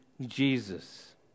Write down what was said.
Jesus